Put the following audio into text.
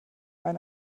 ein